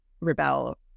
rebel